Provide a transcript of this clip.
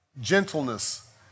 gentleness